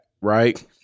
right